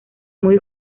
muy